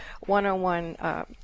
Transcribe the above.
one-on-one